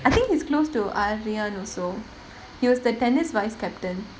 I think he's close to avian also he was the tennis vice-captain